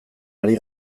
ari